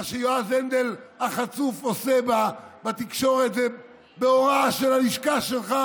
מה שיועז הנדל החצוף עושה בתקשורת זה בהוראה של הלשכה שלך,